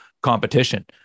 competition